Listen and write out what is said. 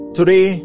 Today